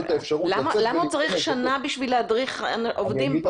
למה הוא צריך שנה כדי להדריך עובדים?